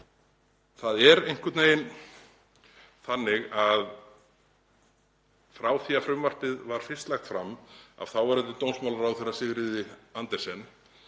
Það er einhvern veginn þannig að frá því að frumvarpið var fyrst lagt fram af þáverandi dómsmálaráðherra, Sigríði Andersen,